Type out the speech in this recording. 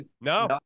No